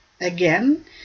Again